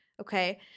okay